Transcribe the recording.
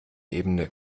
ebene